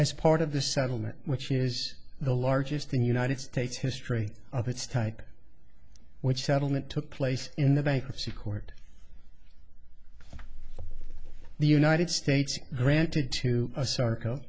as part of the settlement which is the largest in the united states history of its type which settlement took place in the bankruptcy court the united states granted to a